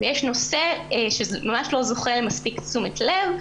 ויש נושא שממש לא זוכה למספיק תשומת לב,